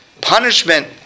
punishment